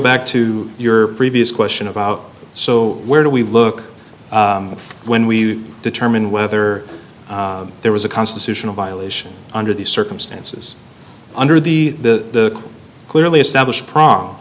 back to your previous question about so where do we look when we determine whether there was a constitutional violation under the circumstances under the the clearly established prom